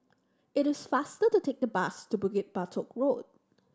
it is faster to take the bus to Bukit Batok Road